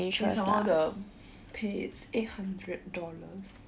then some more the pay is eight hundred dollars